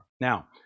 Now